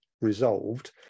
resolved